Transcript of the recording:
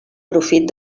profit